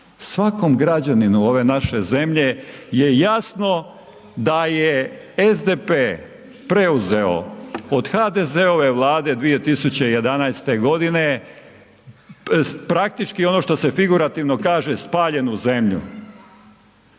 svakom građaninu ove naše zemlje je jasno da je SDP preuzeo od HDZ-ove vlade 2011. godine praktički ono što se figurativno kaže spaljenu zemlju.